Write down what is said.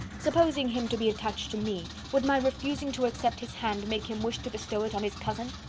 supposing him to be attached to me, would my refusing to accept his hand make him wish to bestow it on his cousin?